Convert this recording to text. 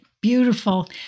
Beautiful